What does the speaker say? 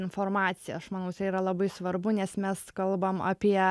informaciją aš manau tai yra labai svarbu nes mes kalbam apie